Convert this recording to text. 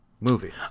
movie